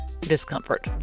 discomfort